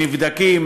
נבדקים,